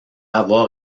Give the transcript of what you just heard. avoir